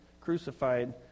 crucified